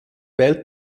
welt